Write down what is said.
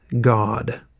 God